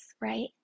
right